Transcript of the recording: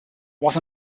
was